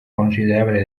considerable